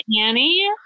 annie